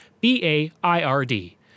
B-A-I-R-D